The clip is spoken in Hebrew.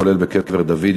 כולל בקבר דוד,